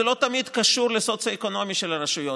זה לא תמיד קשור למצב הסוציו-אקונומי של הרשויות.